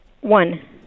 One